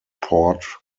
port